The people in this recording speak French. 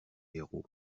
héros